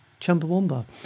Chumbawamba